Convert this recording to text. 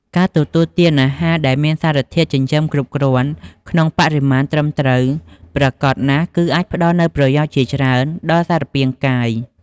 ការទទួលទានអាហារដែលមានសារធាតុចិញ្ចឹមគ្រប់គ្រាន់ក្នុងបរិមាណត្រឹមត្រូវ ប្រាកដណាស់ គឺអាចផ្តល់នូវប្រយោជន៍ជាច្រើនដល់សារពាង្គកាយ។